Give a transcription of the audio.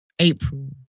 April